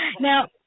Now